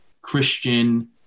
Christian